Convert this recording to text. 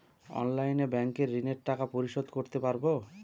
অনলাইনে ব্যাংকের ঋণের টাকা পরিশোধ করতে পারবো?